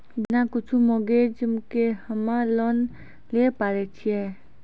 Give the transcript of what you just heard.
बिना कुछो मॉर्गेज के हम्मय लोन लिये पारे छियै?